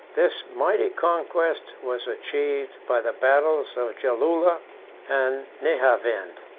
this mighty conquest was achieved by the battles of jalula and nehavend.